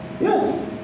Yes